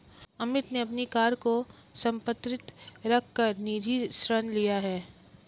अमित ने अपनी कार को संपार्श्विक रख कर निजी ऋण लिया है